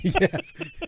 Yes